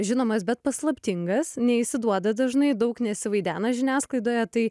žinomas bet paslaptingas neišsiduoda dažnai daug nesivaidena žiniasklaidoje tai